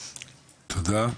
תודה,